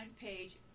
page